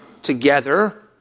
Together